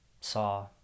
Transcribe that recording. saw